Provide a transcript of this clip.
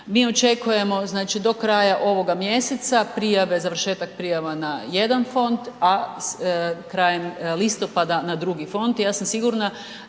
Mi očekujemo znači do kraja ovoga mjeseca prijave, završetak prijava na jedan fond, a krajem listopada na drugi fond, ja sam sigurna